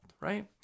right